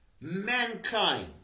mankind